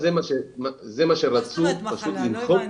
מה זאת אומרת מחלה, לא הבנתי.